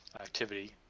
activity